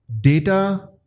...data